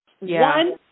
One